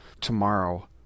tomorrow